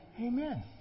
Amen